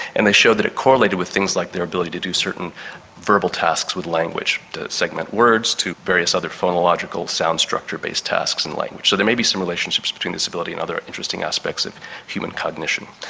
and they showed that it correlated with things like their ability to do certain verbal tasks with language, to segment words, to various other phonological sound structure based tasks and language. so there may be some relationships between this ability and other interesting aspects of human cognition.